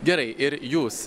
gerai ir jūs